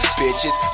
bitches